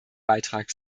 beitrag